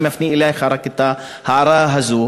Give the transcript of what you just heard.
אני מפנה אליך רק את ההערה הזו,